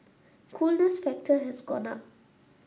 coolness factor has gone up